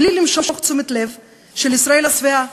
בלי למשוך את תשומת הלב של ישראל השבעה.